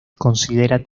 considera